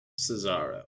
Cesaro